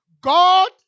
God